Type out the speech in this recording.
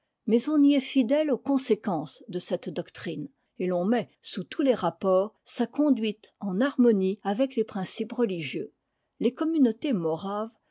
mais on y est fidèle aux conséquences de cette doctrine et l'on met sous tous les rapports sa conduite en harmonie avec les principes religieux les communautés moraves